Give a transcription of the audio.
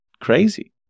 crazy